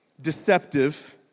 deceptive